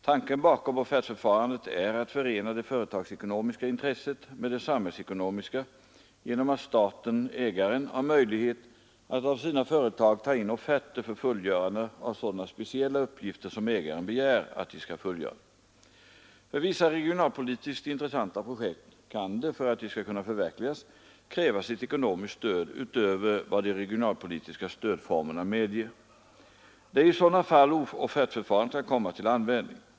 Tanken bakom offertförfarandet är att förena det företagsekonomiska intresset med det samhällsekonomiska genom att staten/ägaren har möjlighet att av sina företag ta in offerter för fullgörande av sådana speciella uppgifter som ägaren begär att de skall fullgöra. För vissa regionalpolitiskt intressanta projekt kan det, för att de skall kunna förverkligas, krävas ett ekonomiskt stöd utöver vad de regionalpolitiska stödformerna medger. Det är i sådana fall offertförfarandet kan komma till användning.